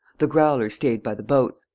the growler stayed by the boats,